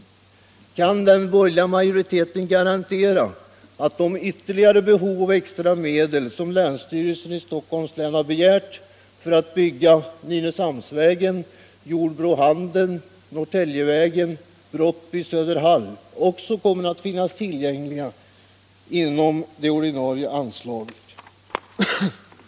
Och kan den borgerliga majoriteten garantera att de ytterligare behov som föreligger och de extra medel som länsstyrelsen i Stockholms län har begärt för att bygga Nynäshamnsvägen, vägen Jordbro-Handen, Norrtäljevägen och vägen Brottby-Söderhall också kommer att kunna utföras inom det ordinarie anslaget?